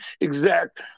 exact